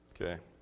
Okay